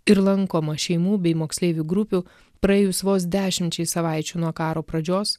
ir lankoma šeimų bei moksleivių grupių praėjus vos dešimčiai savaičių nuo karo pradžios